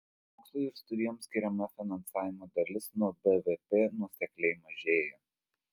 mokslui ir studijoms skiriama finansavimo dalis nuo bvp nuosekliai mažėja